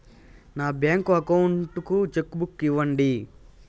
నా bank account కు cheque book ఇవ్వండి